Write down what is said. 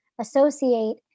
associate